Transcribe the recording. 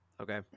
okay